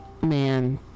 man